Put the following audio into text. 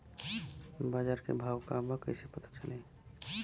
बाजार के भाव का बा कईसे पता चली?